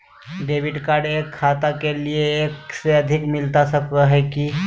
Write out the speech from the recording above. Debit card एक खाता के लिए एक से अधिक मिलता सको है की?